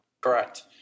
Correct